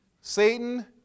Satan